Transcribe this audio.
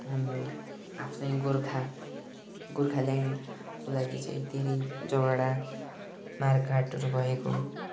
हाम्रो आफ्नै गोर्खा गोर्खाल्यान्डको लागि चाहिँ धेरै झगडा मारकाटहरू भएको